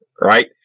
right